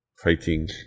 fighting